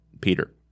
Peter